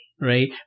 Right